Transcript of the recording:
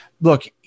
look